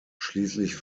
schließlich